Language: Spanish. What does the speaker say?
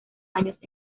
años